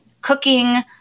cooking